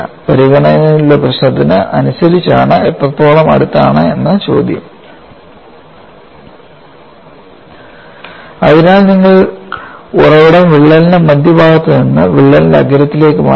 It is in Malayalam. പരിഗണനയിലുള്ള പ്രശ്നത്തിന് അനുസരിച്ചാണ് എത്രത്തോളം അടുത്താണ് എന്ന ചോദ്യം അതിനാൽ നിങ്ങൾ ഉറവിടം വിള്ളലിന്റെ മധ്യഭാഗത്ത് നിന്ന് വിള്ളലിന്റെ അഗ്രത്തിലേക്ക് മാറ്റുന്നു